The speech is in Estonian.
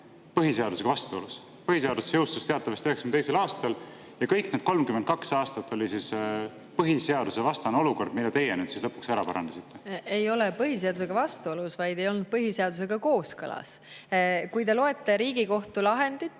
põhiseadusega vastuolus. Põhiseadus jõustus teatavasti 1992. aastal. Kas kõik need 32 aastat oli põhiseadusvastane olukord, mille teie lõpuks ära parandasite? Ei olnud mitte põhiseadusega vastuolus, vaid ei olnud põhiseadusega kooskõlas. Kui te loete Riigikohtu lahendit